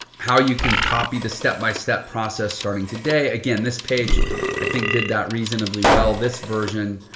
how you can copy the step-by-step process starting today. again, this page i think did that reasonably well, this version.